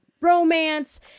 romance